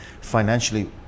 financially